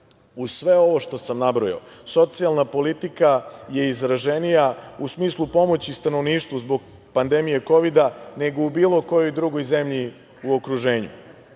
sve ovo što sam nabrojao, socijalna politika je izraženija u smislu pomoći stanovništvu zbog pandemije kovida, nego u bilo kojoj drugoj zemlji u okruženju.